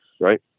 right